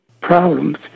problems